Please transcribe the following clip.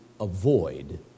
avoid